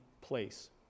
place